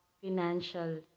financial